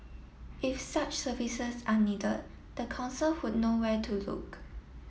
if such services are needed the council would know where to look